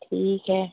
ठीक है